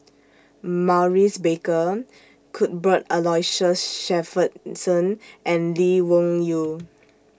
Maurice Baker Cuthbert Aloysius Shepherdson and Lee Wung Yew